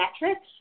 metrics